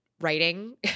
writing